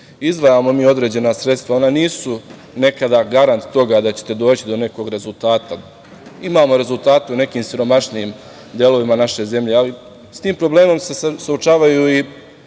Izdvajamo mi određena sredstva, ona nisu garant toga da ćete doći do nekog rezultata. Imamo rezultate u nekim siromašnijim delovima naše zemlje, ali sa tim problemom sa kojom